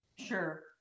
Sure